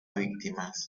víctimas